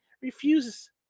refuses